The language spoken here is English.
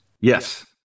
Yes